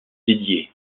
dédié